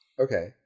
Okay